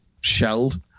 shelled